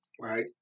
Right